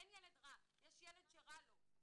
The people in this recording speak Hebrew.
אין ילד רע, יש ילד שרע לו.